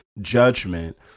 judgment